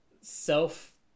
self